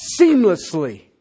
seamlessly